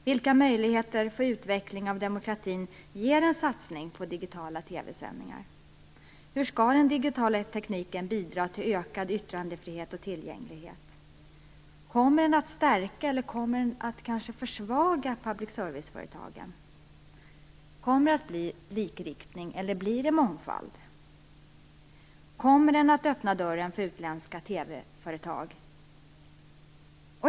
Vilka möjligheter för en utveckling av demokratin ger en satsning på digitala TV sändningar? Hur skall den digitala tekniken bidra till ökad yttrandefrihet och tillgänglighet? Kommer den att stärka eller försvaga public service-företagen? Kommer det att bli likriktning eller kommer det att bli mångfald? Kommer den att öppna dörren för utländska TV-företag?